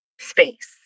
space